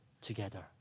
together